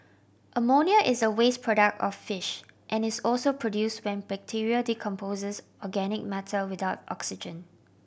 ammonia is a waste product of fish and is also produce when bacteria decomposes organic matter without oxygen